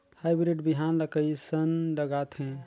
Hybrid बिहान ला कइसन लगाथे?